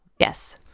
Yes